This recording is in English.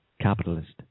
capitalist